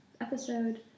episode